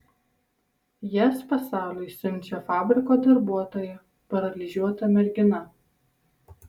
jas pasauliui siunčia fabriko darbuotoja paralyžiuota mergina